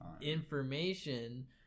information